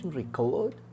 recovered